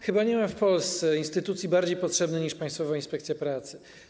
Chyba nie ma w Polsce instytucji bardziej potrzebnej niż Państwowa Inspekcja Pracy.